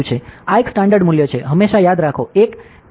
આ એક સ્ટાન્ડર્ડ મૂલ્ય છે હંમેશા યાદ રાખો 1 atm101